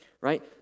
right